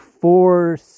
four